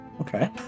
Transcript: okay